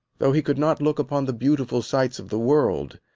though he could not look upon the beautiful sights of the world,